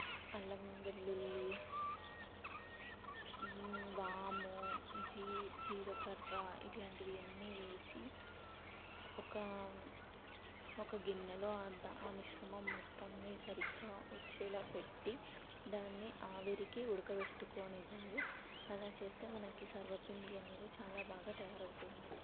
అల్లం వెల్లుల్లి వాము జీ జీలకర్ర ఇట్లాంటివి అన్ని వేసి ఒక ఒక గిన్నెలో అంతా ఆ మిశ్రమం మొత్తాన్ని సరిగ్గా వచ్చేలా పెట్టి దాన్ని ఆవిరికి ఉడకబెట్టుకొని ఇవ్వాలి అలా చేస్తే మనకి సర్వపిండి అనేది చాలా బాగా తయారవుతుంది